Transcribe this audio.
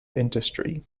industry